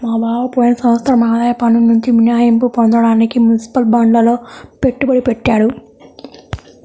మా బావ పోయిన సంవత్సరం ఆదాయ పన్నునుంచి మినహాయింపు పొందడానికి మునిసిపల్ బాండ్లల్లో పెట్టుబడి పెట్టాడు